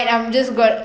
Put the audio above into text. I'm just got